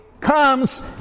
comes